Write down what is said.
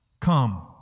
Come